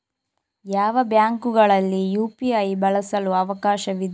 ಯಾವ ಬ್ಯಾಂಕುಗಳಲ್ಲಿ ಯು.ಪಿ.ಐ ಬಳಸಲು ಅವಕಾಶವಿದೆ?